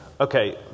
Okay